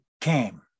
came